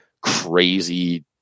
crazy